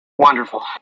wonderful